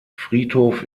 friedhof